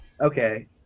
okay